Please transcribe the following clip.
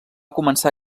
començar